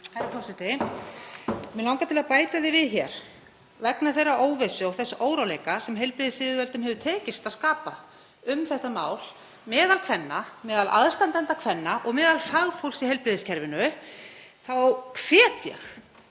Herra forseti. Mig langar til að bæta því við hér, vegna þeirrar óvissu og óróleika sem heilbrigðisyfirvöldum hefur tekist að skapa um þetta mál meðal kvenna, meðal aðstandenda kvenna og meðal fagfólks í heilbrigðiskerfinu, að ég